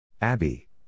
Abby